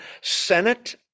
Senate